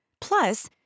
Plus